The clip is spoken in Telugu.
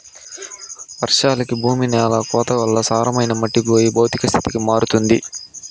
వర్షాలకి భూమి న్యాల కోతల వల్ల సారమైన మట్టి పోయి భౌతిక స్థితికి మారుతుంది